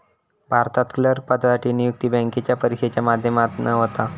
भारतात क्लर्क पदासाठी नियुक्ती बॅन्केच्या परिक्षेच्या माध्यमातना होता